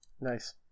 Nice